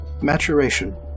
Maturation